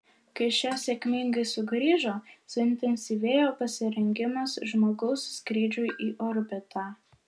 kai šie sėkmingai sugrįžo suintensyvėjo pasirengimas žmogaus skrydžiui į orbitą